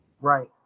Right